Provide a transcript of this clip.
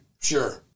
Sure